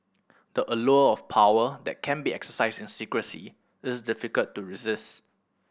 the allure of power that can be exercised in secrecy is difficult to resist